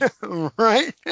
right